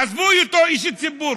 עזבו את היותו איש ציבור,